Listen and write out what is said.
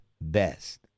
best